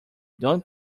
don’t